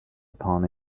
upon